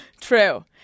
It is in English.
True